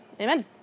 Amen